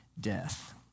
death